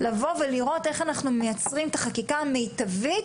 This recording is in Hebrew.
כדי לבוא ולראות איך אנחנו מייצרים חקיקה מיטבית,